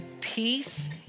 peace